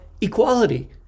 equality